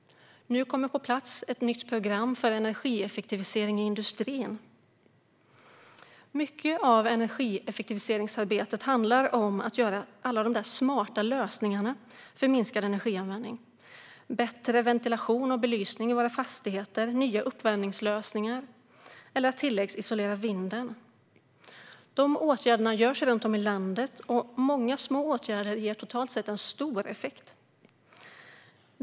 Nu kommer ett nytt program för energieffektivisering i industrin på plats. Mycket av energieffektiviseringsarbetet handlar om att göra alla de där smarta lösningarna för minskad energianvändning. Det handlar om bättre ventilation och belysning i våra fastigheter och om nya uppvärmningslösningar eller om att tilläggsisolera vinden. De åtgärderna vidtas runt om i landet. Många små åtgärder ger totalt sett en stor effekt.